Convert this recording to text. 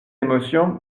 émotion